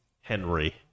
Henry